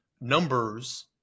numbers